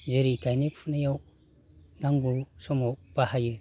जेरै गायनाय फुनायाव नांगौ समाव बाहायो